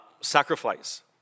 sacrifice